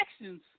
actions